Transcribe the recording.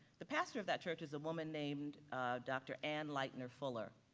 the pastor of that church is a woman named dr. ann lightner-fuller.